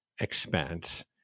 expense